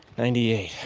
ninety-eight.